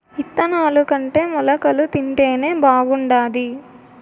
ఇత్తనాలుకంటే మొలకలు తింటేనే బాగుండాది